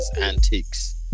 Antiques